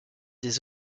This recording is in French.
des